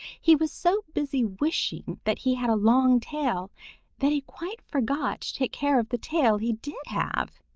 he was so busy wishing that he had a long tail that he quite forgot to take care of the tail he did have,